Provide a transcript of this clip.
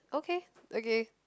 okay okay